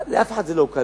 לאף אחד זה לא קל,